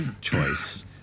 choice